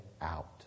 out